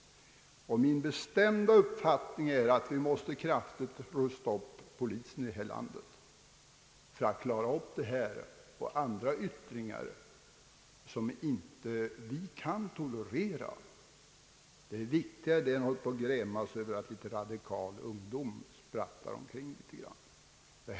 Min bestämda uppfattning är att vi kraftigt måste rusta upp polisen för att kunna klara av denna och andra yttringar av brottslighet som vi inte kan tolerera. Det är viktigare än att gräma sig över att en del radikala ungdomar sprattlar omkring litet.